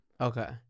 Okay